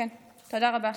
תודה רבה.